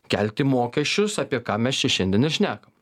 kelti mokesčius apie ką mes čia šiandien ir šneka